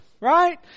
Right